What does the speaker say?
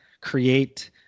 create